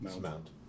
Mount